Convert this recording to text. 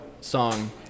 song